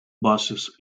buses